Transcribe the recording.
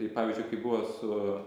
tai pavyzdžiui kai buvo su